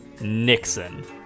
Nixon